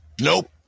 Nope